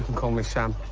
call me sam.